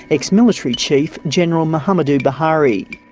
ex-military chief general muhammadu buhari.